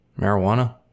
Marijuana